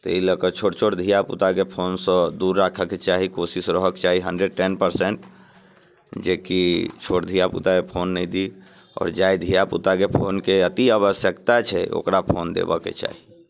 ताहि लऽ कऽ छोट छोट धियापुताके फोनसँ दूर राखयके चाही कोशिश रहयके चाही हंड्रेड टेन परसेंट जे कि छोट धियापुताके फोन नहि दी आओर जाहि धियापुताकेँ फोनके अति आवश्यक्ता छै ओकरा फोन देबयके चाही